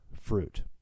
fruit